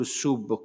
sub